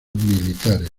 militares